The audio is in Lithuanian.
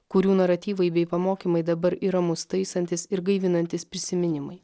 kurių naratyvai bei pamokymai dabar yra mūsų taisantys ir gaivinantys prisiminimai